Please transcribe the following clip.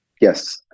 Yes